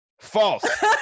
false